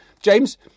James